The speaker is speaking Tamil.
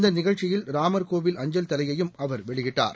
இந்த நிகழ்ச்சியில் ராமர்கோவில் அஞ்சல் தலையையும் அவர் வெளியிட்டார்